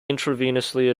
intravenously